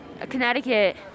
Connecticut